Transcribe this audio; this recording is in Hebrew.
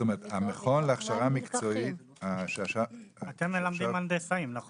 אתם מלמדים הנדסאים, נכון?